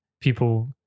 people